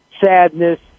sadness